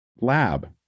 lab